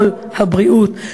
"כל הבריאות",